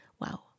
Wow